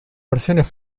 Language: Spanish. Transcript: versiones